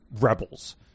rebels